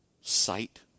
sight